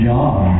John